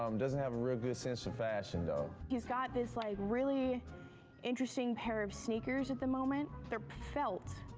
um doesn't have a real good sense of fashion, though. he's got this like really interesting pair of sneakers at the moment. they're felt,